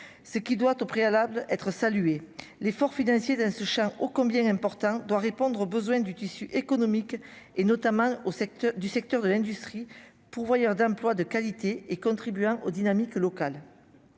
ce qui doit au préalable être saluer l'effort financier d'un Suchard, oh combien important doit répondre aux besoins du tissu économique et notamment au secteur du secteur de l'industrie pourvoyeur d'emplois de qualité et contribuant au dynamiques locales